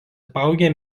apaugę